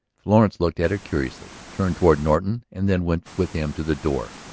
florence looked at her curiously, turned toward norton, and then went with him to the door.